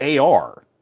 AR